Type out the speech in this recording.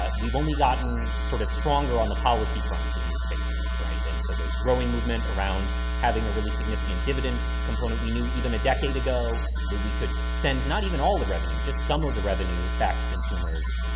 but we've only gotten sort of stronger on the policy front in these spaces. right. and so there's growing movement around having a really significant dividend component. we knew even a decade ago that we could send not even all the revenue, just some of the revenue back to consumers.